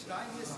שתיים יש לי?